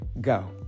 Go